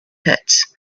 pits